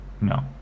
no